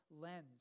lens